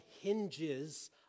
hinges